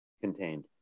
contained